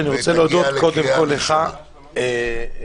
אני רוצה להודות לך קודם כל על הדיון,